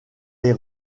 les